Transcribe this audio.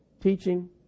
teaching